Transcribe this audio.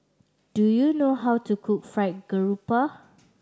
do you know how to cook Fried Garoupa